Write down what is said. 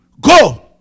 Go